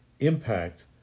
impact